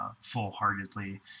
full-heartedly